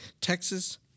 Texas